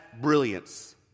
brilliance